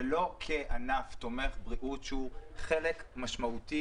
ולא כענף תומך בריאות שהוא חלק משמעותי